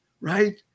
right